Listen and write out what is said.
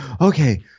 Okay